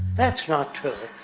that's not true.